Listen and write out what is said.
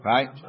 Right